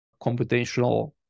computational